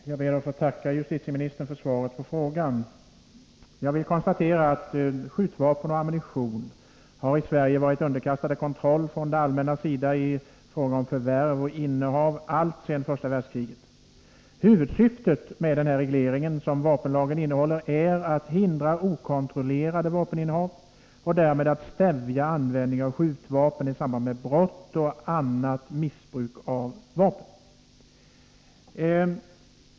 Herr talman! Jag ber att få tacka justitieministern för svaret på min fråga. Jag konstaterar att skjutvapen och ammunition har i Sverige varit underkastade kontroll från det allmännas sida i fråga om förvärv och innehav alltsedan första världskriget. Huvudsyftet med regleringen i vapenlagen är att hindra okontrollerade vapeninnehav och därmed stävja användningen av skjutvapen i samband med brott och annat missbruk av vapen.